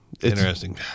Interesting